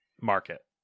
market